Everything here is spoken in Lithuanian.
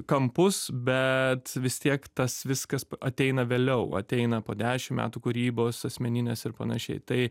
kampus bet vis tiek tas viskas ateina vėliau ateina po dešim metų kūrybos asmeninės ir panašiai tai